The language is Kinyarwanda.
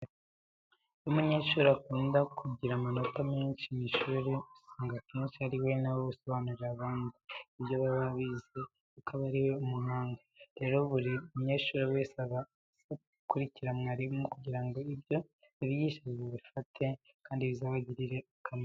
Iyo umunyeshuri akunda kugira amanota menshi mu ishuri, usanga akenshi ari na we usobanurira abandi ibyo baba bize kuko aba ari umuhanga. Rero buri munyeshuri wese aba asabwa gukurikira mwarimu kugira ngo ibyo abigisha babifate, kandi bizabagirire akamaro.